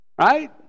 Right